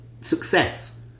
success